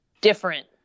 different